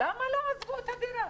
למה לא עזבו את הדירה?